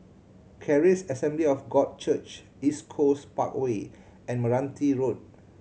Charis Assembly of God Church East Coast Parkway and Meranti Road